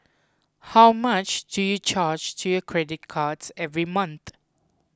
how much do you charge to your credit cards every month